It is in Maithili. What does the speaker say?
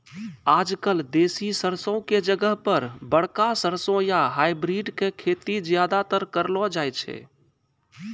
आजकल देसी सरसों के जगह पर बड़का सरसों या हाइब्रिड के खेती ज्यादातर करलो जाय छै